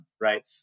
right